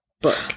Book